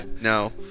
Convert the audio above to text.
No